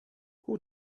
who